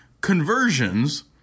conversions